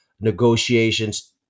negotiations